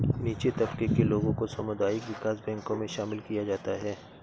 नीचे तबके के लोगों को सामुदायिक विकास बैंकों मे शामिल किया जाता है